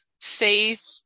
faith